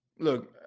look